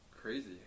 crazy